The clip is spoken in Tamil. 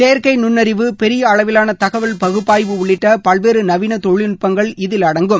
செயற்கை நுண்ணறிவு பெரிய அளவிலான தகவல் பகுப்பாய்வு உள்ளிட்ட பல்வேறு நவீன தொழில்நுட்பங்கள் இதில் அடங்கும்